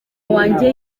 wanjye